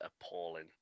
appalling